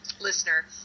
listener